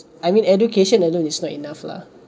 I mean education alone is not enough lah